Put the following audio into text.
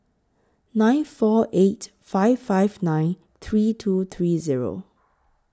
nine four eight five five nine three two three Zero